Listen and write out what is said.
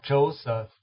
Joseph